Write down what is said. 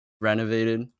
renovated